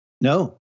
No